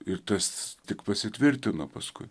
ir tas tik pasitvirtino paskui